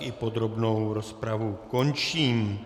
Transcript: I podrobnou rozpravu končím.